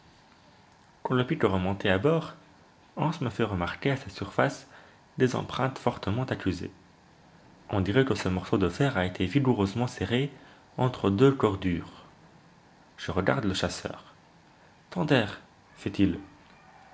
le pic est remonté à bord hans me fait remarquer à sa surface des empreintes fortement accusées on dirait que ce morceau de fer a été vigoureusement serré entre deux corps durs je regarde le chasseur tnder fait-il